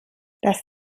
das